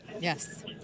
Yes